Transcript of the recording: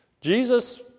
Jesus